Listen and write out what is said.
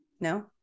No